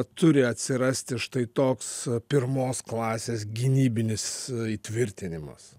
turi atsirasti štai toks pirmos klasės gynybinis įtvirtinimas